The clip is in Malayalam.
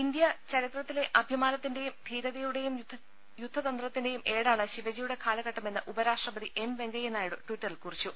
ഇന്ത്യാ ചരിത്രത്തിലെ അഭിമാനത്തിന്റെയും ധീരതയു ടെയും യുദ്ധതന്ത്രത്തിന്റെയും ഏടാണ് ശിവജിയുടെ കാല ഘട്ടമെന്ന് ഉപരാഷ്ട്രപതി എം വെങ്കയ്യനായിഡു ട്വിറ്ററിൽ കുറിച്ചു